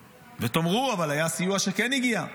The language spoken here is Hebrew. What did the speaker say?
ותאמרו, אבל היה סיוע שכן הגיע.